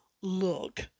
look